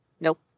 Nope